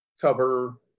cover